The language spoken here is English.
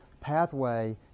pathway